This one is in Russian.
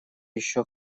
еще